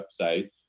websites